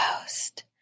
Ghost